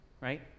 right